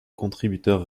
contributeurs